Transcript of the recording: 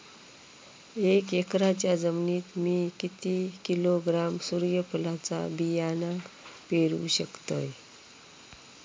एक एकरच्या जमिनीत मी किती किलोग्रॅम सूर्यफुलचा बियाणा पेरु शकतय?